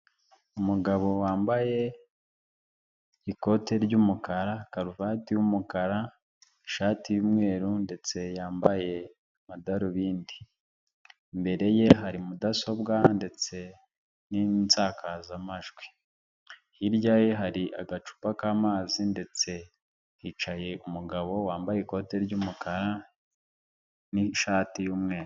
Umugabo wambaye ikote ry'umukara karuvati y'umukara ishati y'umweru ndetse yambaye amadarubindi, imbere ye hari mudasobwa ndetse n'insakazamajwi, hirya ye hari agacupa k'amazi ndetse hicaye umugabo wambaye ikote ry'umukara n'ishati y'umweru.